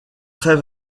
très